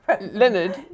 Leonard